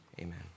Amen